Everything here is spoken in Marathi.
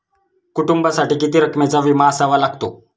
कुटुंबासाठी किती रकमेचा विमा असावा लागतो?